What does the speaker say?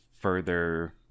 further